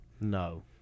No